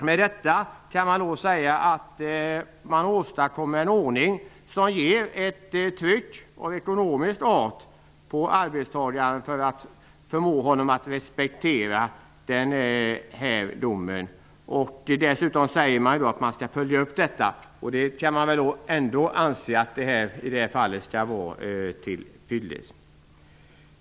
Med detta kan man säga att man åstadkommer en ordning som ger ett ekonomiskt tryck på arbetsgivaren för att förmå honom att respektera domen. Dessutom sägs det att en uppföljning skall ske. Det borde vara till fyllest.